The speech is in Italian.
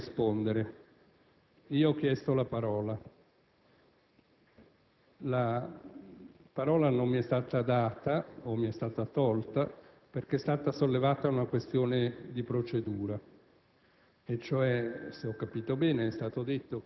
il presidente Cossiga ha avuto la parola per intervenire al posto del Ministro dell'economia. Vorrei capire per quale motivo ha impedito al Ministro dell'economia di prendere la parola per rispondere alle nostre sollecitazioni. *(Applausi dal Gruppo AN).* PRESIDENTE. Signor Ministro, la parola a lei,